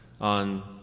on